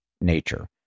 nature